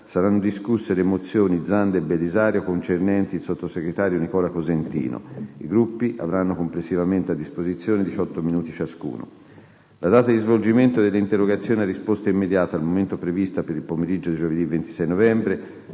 saranno discusse le mozioni Zanda e Belisario concernenti il sottosegretario Nicola Cosentino. I Gruppi avranno complessivamente a disposizione 18 minuti ciascuno. La data della seduta riservata allo svolgimento di interrogazioni a risposta immediata, al momento prevista per il pomeriggio di giovedì 26 novembre,